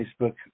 Facebook